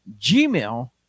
gmail